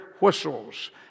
whistles